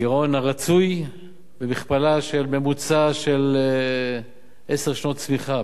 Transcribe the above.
הגירעון הרצוי במכפלה של ממוצע של עשר שנות צמיחה,